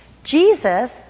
Jesus